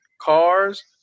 cars